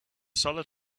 solid